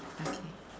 okay